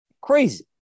crazy